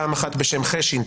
פעם אחת בשם חשין,